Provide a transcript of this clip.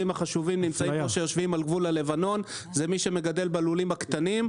החשובים שיושבים על גבול לבנון הם אלה שמגדלים בלולים הקטנים,